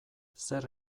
zer